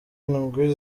indwi